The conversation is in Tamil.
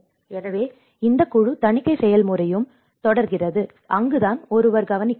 எனவே இந்த முழு தணிக்கை செயல்முறையும் தொடர்கிறது அங்குதான் ஒருவர் கவனிக்க வேண்டும்